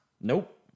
nope